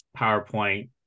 PowerPoint